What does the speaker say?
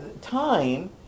time